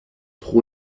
pro